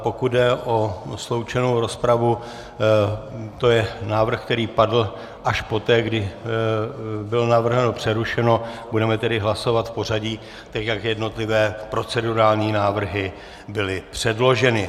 Pokud jde o sloučenou rozpravu, to je návrh, který padl až poté, kdy bylo navrženo přerušení, budeme tedy hlasovat v pořadí tak, jak jednotlivé procedurální návrhy byly předloženy.